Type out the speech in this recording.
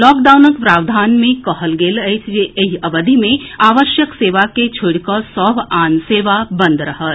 लॉकडाउनक प्रावधान मे कहल गेल अछि जे एहि अवधि मे आवश्यक सेवा के छोड़िकऽ सभ आन सेवा बंद रहत